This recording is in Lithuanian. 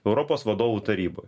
europos vadovų taryboj